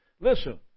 Listen